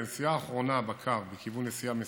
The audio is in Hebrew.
בנסיעה האחרונה בקו בכיוון נסיעה מסוים,